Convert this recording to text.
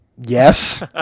yes